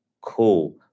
cool